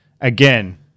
Again